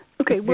okay